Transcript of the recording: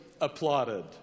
applauded